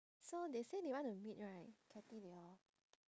so they say they want to meet right katie they all